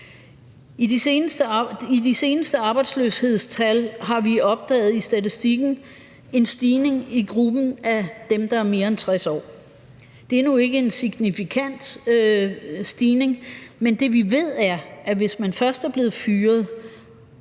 I de seneste arbejdsløshedstal har vi i statistikken opdaget en stigning i gruppen af dem, der er mere end 60 år. Det er nu ikke en signifikant stigning, men det, som vi ved, er, at hvis man først er blevet fyret